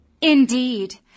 Indeed